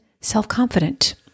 self-confident